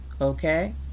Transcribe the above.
Okay